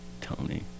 Tony